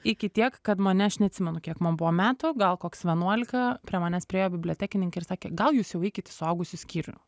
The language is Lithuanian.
iki tiek kad mane aš neatsimenu kiek man buvo metų gal koks vienuolika prie manęs priėjo bibliotekininkė ir sakė gal jūs jau eikit į suaugusių skyrių